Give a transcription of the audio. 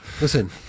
Listen